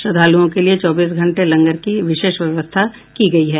श्रद्वालुओं के लिए चौबीसों घंटे लंगर की विशेष व्यवस्था की गयी है